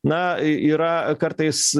na yra kartais